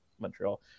Montreal